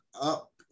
up